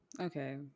Okay